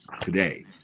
today